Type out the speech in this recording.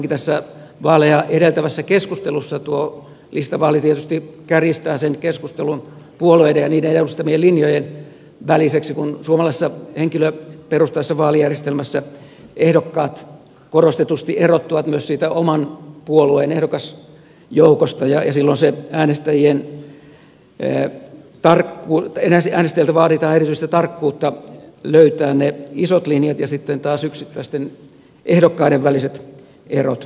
varsinkin vaaleja edeltävässä keskustelussa tuo listavaali tietysti kärjistää sen keskustelun puolueiden ja niiden edustamien linjojen väliseksi kun suomalaisessa henkilöperustaisessa vaalijärjestelmässä ehdokkaat korostetusti erottuvat myös siitä oman puolueen ehdokasjoukosta ja silloin äänestäjiltä vaaditaan erityistä tarkkuutta löytää ne isot linjat ja sitten taas yksittäisten ehdokkaiden väliset erot